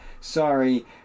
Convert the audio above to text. Sorry